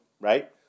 Right